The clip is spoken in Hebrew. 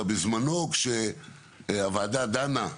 בזמנו, כשהוועדה דנה,